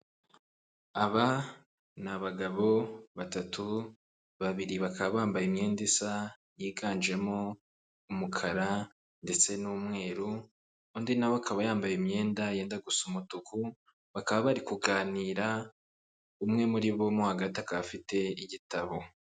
Aba ni abagabo batatu, babiri bakaba bambaye imyenda isa yiganjemo umukara ndetse n'umweru; undi nawe akaba yambaye imyenda yenda gusa umutuku bakaba bari kuganira umwe muri bo akaba afite igitabo.